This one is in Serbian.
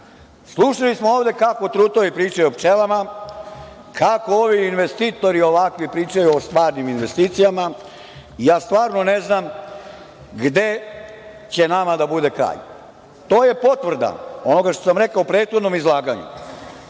sednicu. Slušali smo ovde kako trutovi pričaju o pčelama, kako ovi investitori ovakvi pričaju o stvarnim investicijama. Ja stvarno ne znam gde će nama da bude kraj. To je potvrda onoga što sam rekao u prethodnom izlaganju,